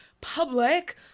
public